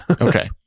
Okay